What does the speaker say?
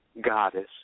goddess